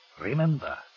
Remember